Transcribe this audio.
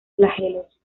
flagelos